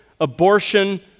abortion